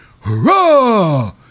hurrah